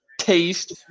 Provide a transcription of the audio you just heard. taste